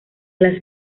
las